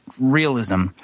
realism